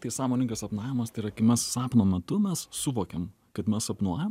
tai sąmoningas sapnavimas tai yra kai mes sapno metu mes suvokiam kad mes sapnuojam